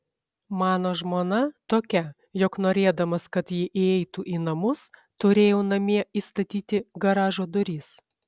mano žmona tokia jog norėdamas kad ji įeitų į namus turėjau namie įstatyti garažo duris